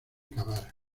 cavar